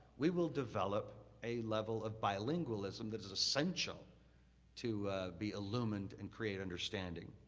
we will develop a level of bilingualism that is essential to be illumined and create understanding.